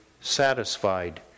satisfied